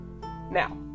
Now